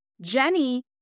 Jenny